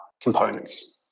components